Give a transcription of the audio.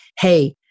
hey